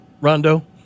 Rondo